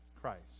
Christ